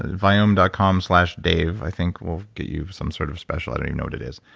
and viome dot com slash dave i think will get you some sort of special i don't even know what it is.